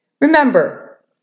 Remember